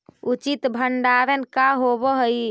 उचित भंडारण का होव हइ?